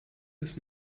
bis